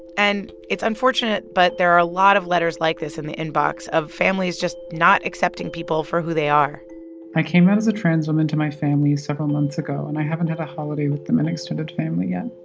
and it's unfortunate, but there are a lot of letters like this in the inbox of families just not accepting people for who they are i came out as a trans woman to my family several months ago, and i haven't had a holiday with them and extended family yet.